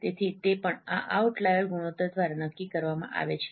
તેથી તે પણ આ આઉટલાઈર ગુણોત્તર દ્વારા નક્કી કરવામાં આવે છે